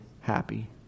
happy